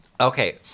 Okay